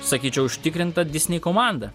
sakyčiau užtikrinta disney komanda